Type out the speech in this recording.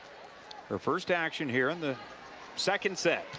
her first action here in the second set.